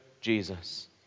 Jesus